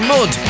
Mud